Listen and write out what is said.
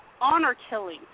honor-killing